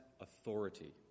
authority